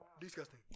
Disgusting